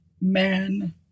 man